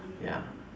ya